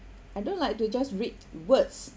I don't like to just read words words